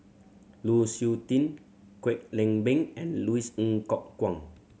Lu Suitin Kwek Leng Beng and Louis Ng Kok Kwang